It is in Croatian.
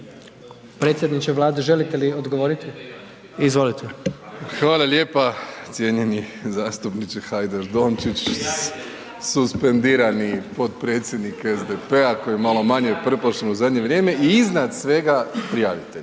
Predsjedniče Vlade, želite li odgovoriti? Izvolite. **Plenković, Andrej (HDZ)** Hvala lijepa cijenjeni zastupniče Hajdaš Dončić, suspendirani potpredsjednik SDP-a koji je malo manje prpošan u zadnje vrijeme i iznad svega prijavitelj,